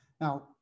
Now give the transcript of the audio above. Now